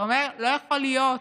אתה אומר: לא יכול להיות,